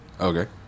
Okay